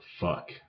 Fuck